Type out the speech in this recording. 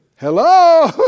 hello